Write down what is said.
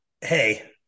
hey